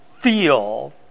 feel